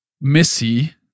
Missy